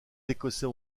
écossais